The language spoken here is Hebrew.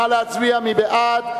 נא להצביע, מי בעד?